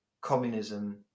Communism